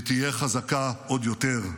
והיא תהיה חזקה עוד יותר.